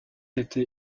été